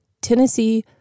Tennessee